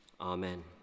Amen